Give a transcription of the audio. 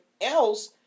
else